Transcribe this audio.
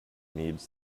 needs